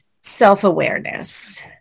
self-awareness